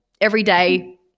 everyday